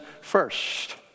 first